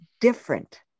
different